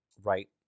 Right